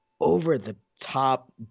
over-the-top